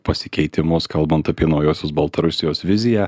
pasikeitimus kalbant apie naujuosios baltarusijos viziją